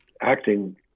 acting